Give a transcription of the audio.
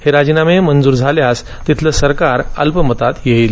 हे राजीनामे मंजूर झाल्यास तिथलं सरकार अल्पमतात येईल